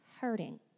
hurting